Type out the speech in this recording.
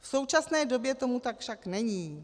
V současné době tomu tak však není.